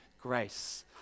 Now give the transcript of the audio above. grace